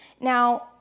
Now